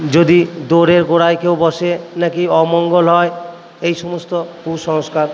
যদি দোরের গোড়ায় কেউ বসে নাকি অমঙ্গল হয় এই সমস্ত কুসংস্কার